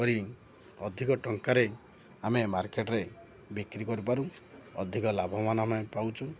କରି ଅଧିକ ଟଙ୍କାରେ ଆମେ ମାର୍କେଟ୍ରେ ବିକ୍ରି କରିପାରୁ ଅଧିକ ଲାଭବାନ ଆମେ ପାଉଛୁ